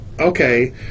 okay